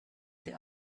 the